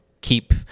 keep